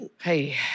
hey